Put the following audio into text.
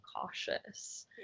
cautious